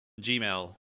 Gmail